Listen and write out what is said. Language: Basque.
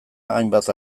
hainbat